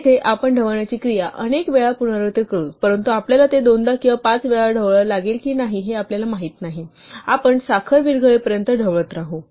येथे आपण ढवळण्याची क्रिया अनेक वेळा पुनरावृत्ती करू परंतु आपल्याला ते दोनदा किंवा पाच वेळा ढवळावे लागेल की नाही हे आधीच माहित नाही आपण साखर विरघळेपर्यंत ढवळत राहू